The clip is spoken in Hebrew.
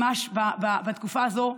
ממש בתקופה הזאת,